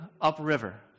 upriver